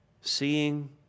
seeing